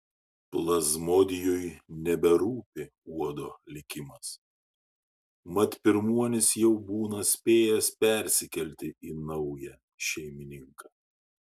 plazmodijui neberūpi uodo likimas mat pirmuonis jau būna spėjęs persikelti į naują šeimininką